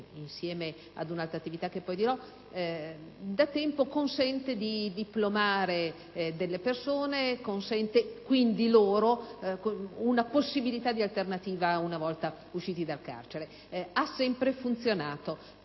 insieme ad un'altra attività che poi dirò, consente di diplomare delle persone, consente quindi loro una possibilità di alternativa una volta uscite dal carcere, e ha sempre funzionato.